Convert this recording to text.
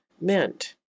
meant